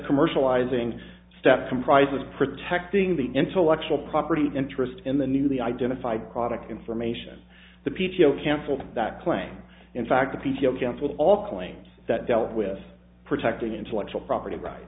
commercializing step comprises protecting the intellectual property interest in the newly identified product information the p t o cancelled that claim in fact the p t o cancelled all claims that dealt with protecting intellectual property right